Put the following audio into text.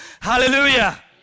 Hallelujah